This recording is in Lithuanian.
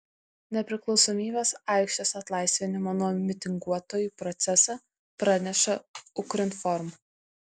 nepriklausomybės aikštės atlaisvinimo nuo mitinguotojų procesą praneša ukrinform